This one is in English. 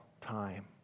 time